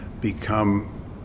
become